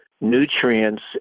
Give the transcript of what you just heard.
nutrients